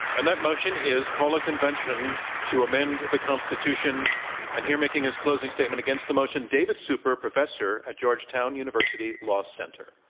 and that motion is, call a convention to amend the constitution, and here making his closing statement against the motion, david super, professor at georgetown university law center.